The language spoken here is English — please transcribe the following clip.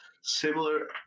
similar